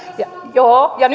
joo ja